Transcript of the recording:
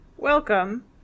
Welcome